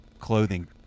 clothing